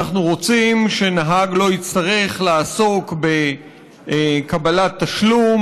אנחנו רוצים שנהג לא יצטרך לעסוק בקבלת תשלום.